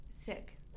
sick